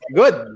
good